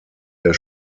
der